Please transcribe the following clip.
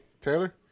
Taylor